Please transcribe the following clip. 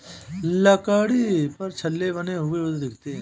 लकड़ी पर छल्ले बने हुए दिखते हैं